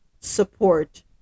support